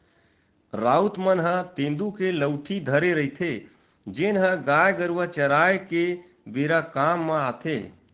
राउत मन ह तेंदू के लउठी धरे रहिथे, जेन ह गाय गरुवा चराए के बेरा काम म आथे